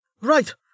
Right